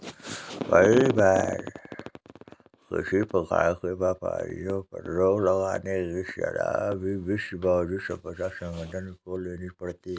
कई बार किसी प्रकार के व्यापारों पर रोक लगाने की सलाह भी विश्व बौद्धिक संपदा संगठन को लेनी पड़ती है